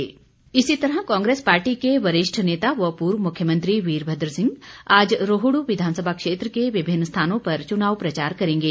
प्रचार कांग्रेस इसी तरह कांग्रेस पार्टी के वरिष्ठ नेता व पूर्व मुख्यमंत्री वीरभद्र सिंह आज रोहड् विधानसभा क्षेत्र के विभिन्न स्थानों पर चुनाव प्रचार करेंगे